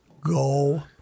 go